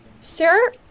Sir